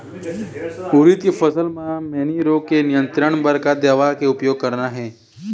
उरीद के फसल म मैनी रोग के नियंत्रण बर का दवा के उपयोग करना ये?